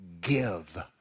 give